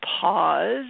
pause